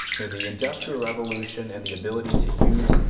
you know the industrial revolution and the ability to use